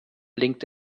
blinkt